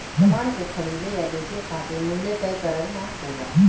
समान के खरीदे या बेचे खातिर मूल्य तय करना होला